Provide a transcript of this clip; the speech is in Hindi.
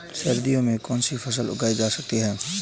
सर्दियों में कौनसी फसलें उगाई जा सकती हैं?